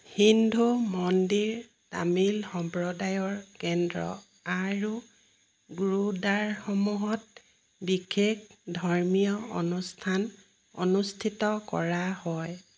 হিন্দু মন্দিৰ তামিল সম্প্ৰদায়ৰ কেন্দ্ৰ আৰু গুৰুদ্বাৰসমূহত বিশেষ ধৰ্মীয় অনুষ্ঠান অনুষ্ঠিত কৰা হয়